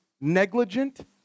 negligent